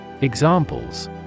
Examples